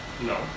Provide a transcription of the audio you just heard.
No